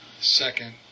second